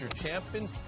champion